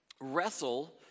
wrestle